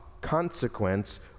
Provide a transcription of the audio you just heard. consequence